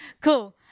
Cool